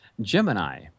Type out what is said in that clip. Gemini